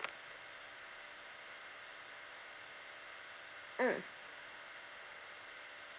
mm